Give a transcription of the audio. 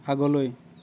আগলৈ